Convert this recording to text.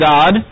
God